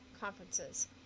conferences